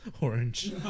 orange